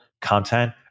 content